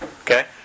Okay